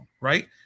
right